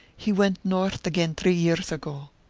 he went north again three years ago.